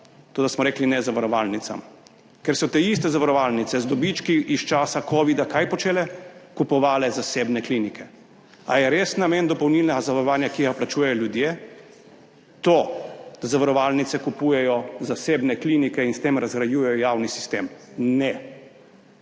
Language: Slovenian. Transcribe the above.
da smo rekli ne zavarovalnicam? Ker so te iste zavarovalnice z dobički iz časa covida – počele kaj? Kupovale zasebne klinike. Ali je res namen dopolnilnega zavarovanja, ki ga plačujejo ljudje, ta, da zavarovalnice kupujejo zasebne klinike in s tem razgrajujejo javni sistem? Ne.